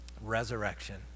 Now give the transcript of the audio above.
resurrection